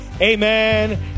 Amen